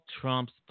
Trump's